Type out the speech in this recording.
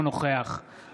אינו נוכח ישראל אייכלר,